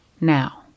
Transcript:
now